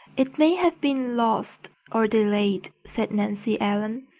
it may have been lost or delayed, said nancy ellen.